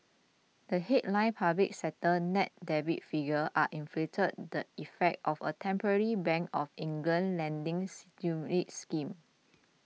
the headline public sector net debt figures are inflated the effect of a temporary Bank of England lending stimulus scheme